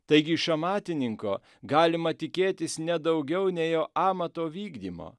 taigi iš amatininko galima tikėtis ne daugiau nei jo amato vykdymo